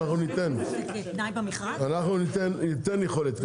אנחנו ניתן יכולת כזאת,